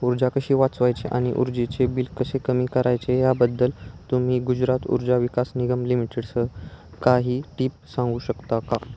ऊर्जा कशी वाचवायची आणि ऊर्जेचे बिल कसे कमी करायचे याबद्दल तुम्ही गुजरात ऊर्जा विकास निगम लिमिटेडसह काही टिप सांगू शकता का